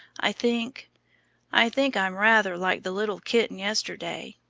i think i think i'm rather like the little kitten yesterday,